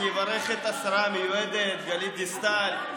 אני אברך את השרה המיועדת גלית דיסטל,